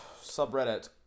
subreddit